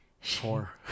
four